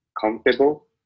comfortable